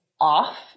off